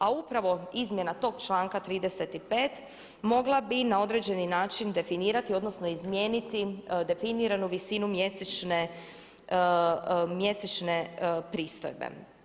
A upravo izmjena tog članka 35. mogla bi na određeni način definirati odnosno izmijeniti definiranu visinu mjesečne pristojbe.